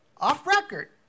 off-record